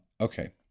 okay